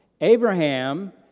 Abraham